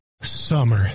Summer